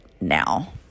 now